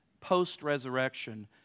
post-resurrection